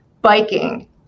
biking